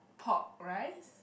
pork rice